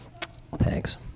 Thanks